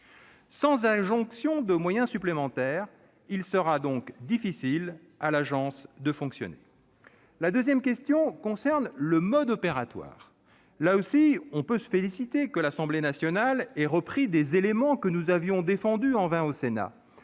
Sans moyens supplémentaires, il sera donc difficile à l'agence de fonctionner. Une deuxième question concerne le mode opératoire. Là aussi, on peut se féliciter de ce que l'Assemblée nationale ait repris des dispositions que nous avions défendues en vain au Sénat,